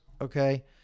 okay